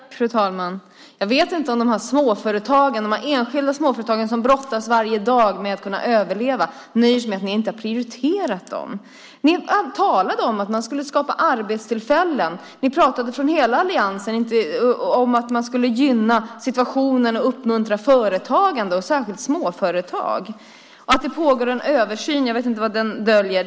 Fru talman! Jag vet inte om de enskilda företag som varje dag brottas med att kunna överleva nöjer sig med att ni inte har prioriterat dem. Ni talade om att skapa arbetstillfällen. Hela alliansen pratade om att man skulle gynna situationen och uppmuntra företagande och då särskilt småföretag. Det pågår en översyn, säger Ulf Sjösten. Jag vet inte vad den döljer.